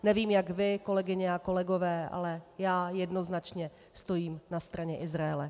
Nevím, jak vy, kolegyně a kolegové, ale já jednoznačně stojím na straně Izraele.